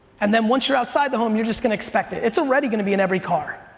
and then once you're outside the home, you're just gonna expect it. it's already gonna be in every car.